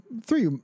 three